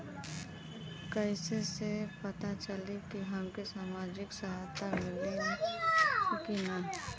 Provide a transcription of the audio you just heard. कइसे से पता चली की हमके सामाजिक सहायता मिली की ना?